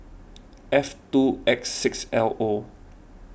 F two X six L O